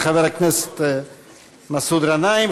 תודה לחבר הכנסת מסעוד גנאים.